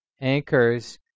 anchors